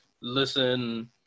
listen